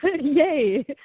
Yay